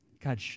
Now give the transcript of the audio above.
God